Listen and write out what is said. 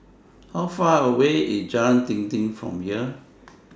How Far away IS Jalan Dinding from here